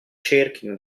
cerchino